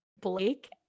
Blake